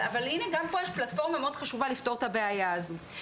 אבל גם פה יש פלטפורמה מאוד חשובה לפתור את הבעיה הזאת.